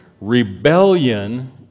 Rebellion